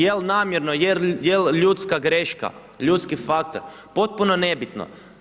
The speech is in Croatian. Je li namjerno, je li ljudska greška, ljudski faktor, potpuno nebitno.